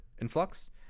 influx